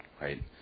right